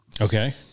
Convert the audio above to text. Okay